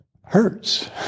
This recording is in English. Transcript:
hurts